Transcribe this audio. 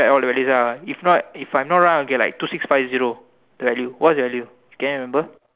like all the values lah if not if I am not wrong okay like two six five zero the value what is the value can you remember